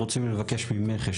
רוצים לבקש ממך,